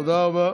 תודה רבה.